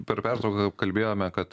per pertrauką apkalbėjome kad